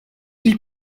ils